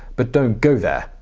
but don't go there,